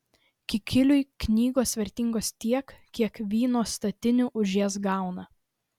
kikiliui knygos vertingos tiek kiek vyno statinių už jas gauna